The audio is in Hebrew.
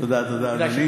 תודה, אדוני.